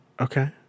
okay